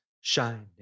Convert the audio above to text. shining